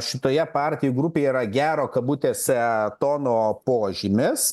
šitoje partijų grupėje yra gero kabutėse tono požymis